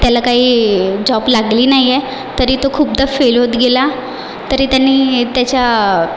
त्याला काही जॉब लागली नाही आहे तरी तो खूपदा फेल होत गेला तरी त्यानी त्याच्या